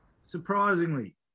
surprisingly